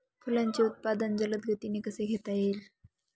फुलांचे उत्पादन जलद गतीने कसे घेता येईल?